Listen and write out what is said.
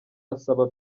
asaba